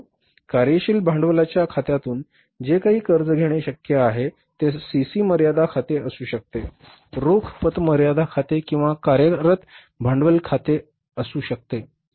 परंतु उदाहरणार्थ कार्यशील भांडवलाच्या खात्यातून जे काही कर्ज घेणे शक्य होते ते सीसी मर्यादा खाते असू शकते रोख पत मर्यादा खाते किंवा कार्यरत भांडवल कर्ज खाते असू शकते